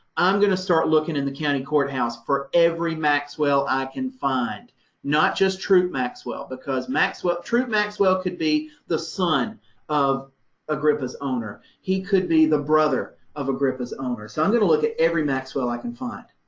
i'm going to start looking in the county courthouse for every maxwell i can find not just true maxwell, because maxwell, true maxwell could be the son of agrippa's owner. he could be the brother of agrippa's owner. so i'm going to look at every maxwell i can find.